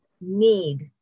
need